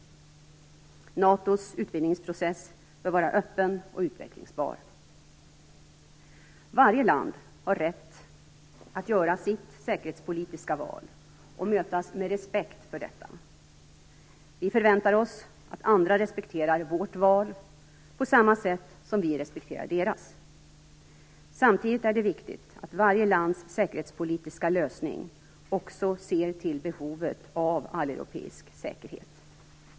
NATO:s utvidgningsprocess bör vara öppen och utvecklingsbar. Varje land har rätt att göra sitt säkerhetspolitiska val och mötas med respekt för detta. Vi förväntar oss att andra respekterar vårt val, på samma sätt som vi respekterar deras. Samtidigt är det viktigt att varje lands säkerhetspolitiska lösning också ser till behovet av alleuropeisk säkerhet.